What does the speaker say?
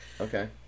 Okay